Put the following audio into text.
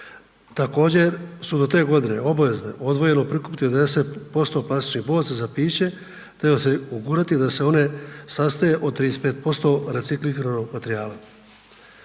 Također su do te godine obavezne odvojeno prikupiti 90% plastičnih boca za piće te osigurati da se one sastoje od 35% recikliranog materijala.